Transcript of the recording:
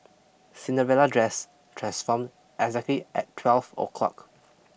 Cinderella dress transformed exactly at twelve o'clock